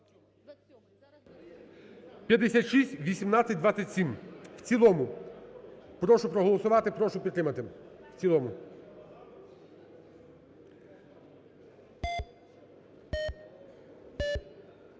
5618-27 в цілому. Прошу проголосувати, прошу підтримати в цілому.